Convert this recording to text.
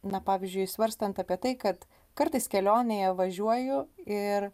na pavyzdžiui svarstant apie tai kad kartais kelionėje važiuoju ir